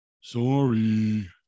Sorry